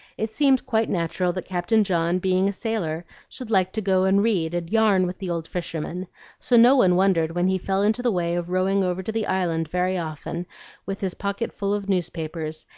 it seemed quite natural that captain john, being a sailor, should like to go and read and yarn with the old fisherman so no one wondered when he fell into the way of rowing over to the island very often with his pocket full of newspapers,